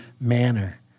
manner